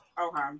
Okay